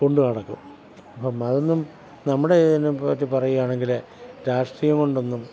കൊണ്ടുനടക്കും അപ്പം അതൊന്നും നമ്മുടെ ഇതിനെപ്പറ്റി പറയുകയാണെങ്കിൽ രാഷ്ട്രീയം കൊണ്ടൊന്നും